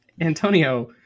Antonio